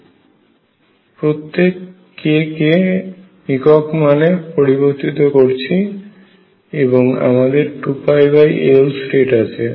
আমরা k কে একক মানে পরিবর্তিত করছি এবং আমাদের 2L স্টেট আছে